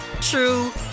true